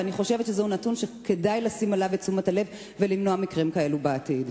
ואני חושבת שזהו נתון שכדאי לשים לב אליו הלב ולמנוע מקרים כאלה בעתיד.